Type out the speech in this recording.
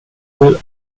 will